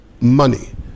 money